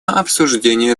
обсуждения